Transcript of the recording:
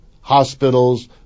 hospitals